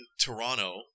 Toronto